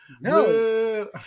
No